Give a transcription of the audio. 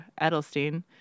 Edelstein